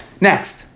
Next